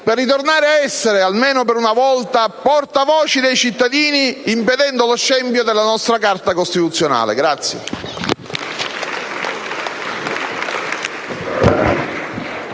per ritornare ad essere, almeno per una volta, portavoce dei cittadini, impedendo lo scempio della nostra Carta costituzionale.